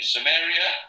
Samaria